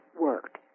work